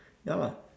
ya lah